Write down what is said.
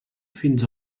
fins